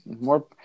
More